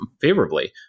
favorably